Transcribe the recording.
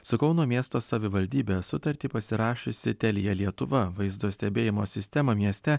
su kauno miesto savivaldybe sutartį pasirašiusi telia lietuva vaizdo stebėjimo sistemą mieste